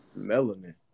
melanin